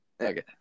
Okay